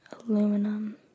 Aluminum